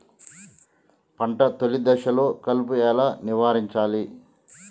పంట తొలి దశలో కలుపు ఎలా నివారించాలి?